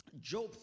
Job